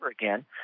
again